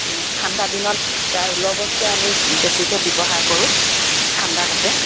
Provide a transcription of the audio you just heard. ঠাণ্ডা দিনত প্ৰায় ঊলৰ বস্তুৱে আমি বেছিকৈ ব্যৱহাৰ কৰোঁ ঠাণ্ডা কাটে